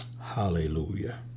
Hallelujah